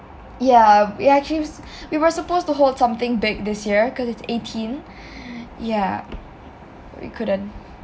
yah we act~ we were supposed to hold something big this year because it's eighteen yah we couldn't